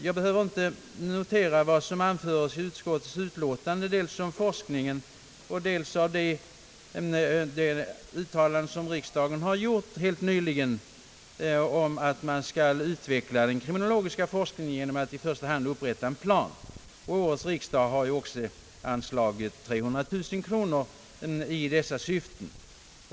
Jag behöver inte relatera vad som anförts i utskottets utlåtande dels om forskningen och dels om det uttalande som riksdagen har gjort helt nyligen om att den kriminologiska forskningen skall utvecklas genom att i första hand en plan upprättas. Årets riksdag har också anslagit 300 000 kronor till detta syfte.